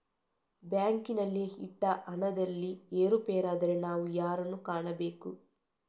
ಬ್ಯಾಂಕಿನಲ್ಲಿ ಇಟ್ಟ ಹಣದಲ್ಲಿ ಏರುಪೇರಾದರೆ ನಾವು ಯಾರನ್ನು ಕಾಣಬೇಕು?